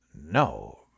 No